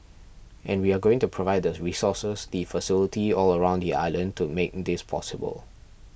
and we are going to provide the resources the facility all around the island to make this possible